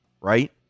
Right